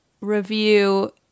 review